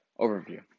overview